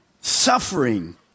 suffering